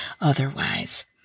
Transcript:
otherwise